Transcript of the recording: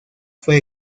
fue